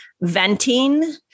venting